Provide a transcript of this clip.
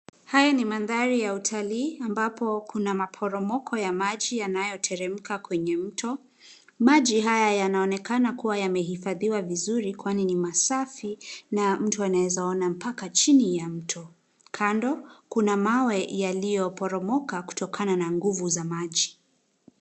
Haya ni mandhari ya utalii ambapo kuna maporomoko ya maji yanayoteremka kwenye mto. Maji haya yanaonekana kua yamehifadhiwa vizuri kwani ni masafi na mtu anawezaona mpaka chini ya mto. Kando kuna mawe yaliyoporomoka kutokana na nguvu za maji.